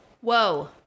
Whoa